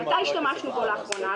מתי השתמשנו בו לאחרונה?